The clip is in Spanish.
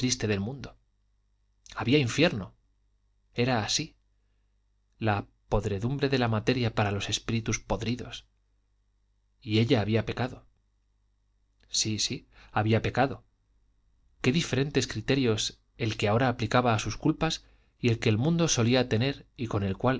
del mundo había infierno era así la podredumbre de la materia para los espíritus podridos y ella había pecado sí sí había pecado qué diferentes criterios el que ahora aplicaba a sus culpas y el que el mundo solía tener y con el cual